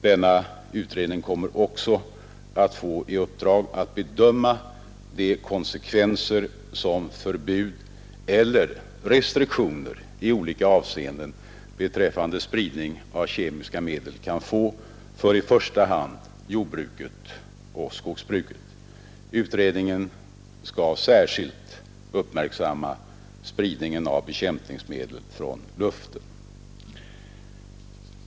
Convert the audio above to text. Denna utredning kommer även att få i uppdrag att bedöma de konsekvenser som förbud eller restriktioner i olika avseenden beträffande spridning av kemiska medel kan få för i första hand jordbruket och skogsbruket. Utredningen skall särskilt uppmärksamma spridningen av bekämpningsmedel från luften.